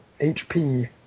HP